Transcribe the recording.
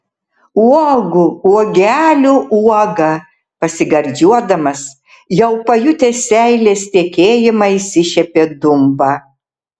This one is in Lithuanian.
uogų uogelių uoga pasigardžiuodamas jau pajutęs seilės tekėjimą išsišiepė dumba